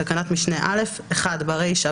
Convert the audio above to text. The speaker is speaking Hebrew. בתקנה 3,